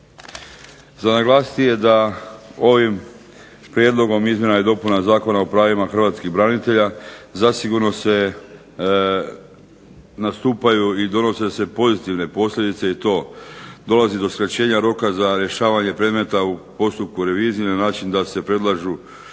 Za naglasiti je da ovim prijedlogom izmjena i dopuna Zakona o pravima hrvatskih branitelja zasigurno nastupaju i donose se pozitivne posljedice i to dolazi do skraćenja roka za rješavanje predmeta u postupku revizije na način da se predlažu